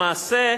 למעשה,